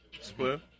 Split